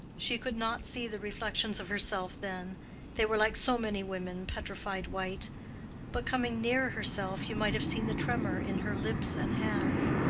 she could not see the reflections of herself then they were like so many women petrified white but coming near herself you might have seen the tremor in her lips and hands.